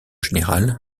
général